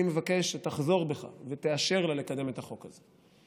אני מבקש שתחזור בך ותאשר לנו לקדם את החוק הזה.